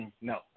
No